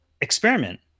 experiment